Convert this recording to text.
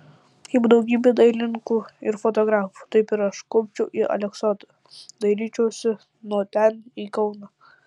kaip daugybė dailininkų ir fotografų taip ir aš kopčiau į aleksotą dairyčiausi nuo ten į kauną